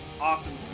awesome